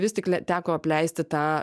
vis tik le teko apleisti tą